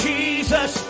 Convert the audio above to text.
Jesus